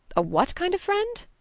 a what kind of friend?